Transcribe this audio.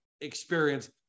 experience